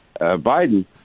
Biden